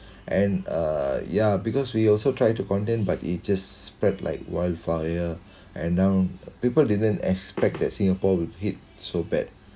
and uh ya because we also try to contain but it just spread like wildfire and now people didn't expect that singapore will hit so bad